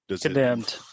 Condemned